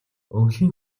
өвлийн